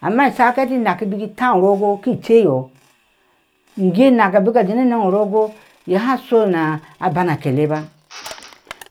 Amafi ashaa ka hefi buk inaak i tee arogo ski ceyɔ ingee inak jee ne naŋ o urogo iye ha shu na aban a kele ba,